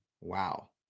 Wow